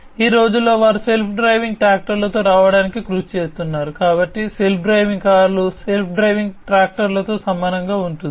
ఈ రోజుల్లో వారు సెల్ఫ్ డ్రైవింగ్ ట్రాక్టర్లతో రావడానికి కూడా కృషి చేస్తున్నారు కాబట్టి సెల్ఫ్ డ్రైవింగ్ కార్లు సెల్ఫ్ డ్రైవింగ్ ట్రాక్టర్లతో సమానంగా ఉంటుంది